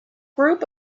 group